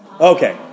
Okay